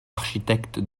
architecte